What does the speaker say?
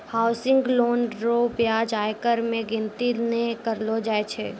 housing loan रो ब्याज आयकर मे गिनती नै करलो जाय छै